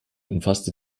umfasste